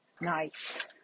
Nice